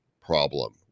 problem